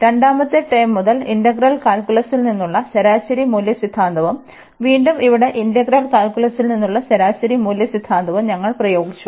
രണ്ടാമത്തെ ടേം മുതൽ ഇന്റഗ്രൽ കാൽക്കുലസിൽ നിന്നുള്ള ശരാശരി മൂല്യ സിദ്ധാന്തവും വീണ്ടും ഇവിടെയും ഇന്റഗ്രൽ കാൽക്കുലസിൽ നിന്നുള്ള ശരാശരി മൂല്യ സിദ്ധാന്തവും ഞങ്ങൾ പ്രയോഗിച്ചു